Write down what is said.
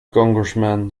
congressman